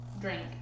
Drink